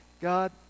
god